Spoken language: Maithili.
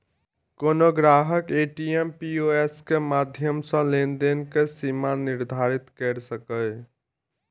कोनो ग्राहक ए.टी.एम, पी.ओ.एस के माध्यम सं लेनदेन के सीमा निर्धारित कैर सकैए